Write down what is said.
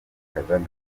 akajagari